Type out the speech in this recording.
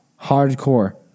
Hardcore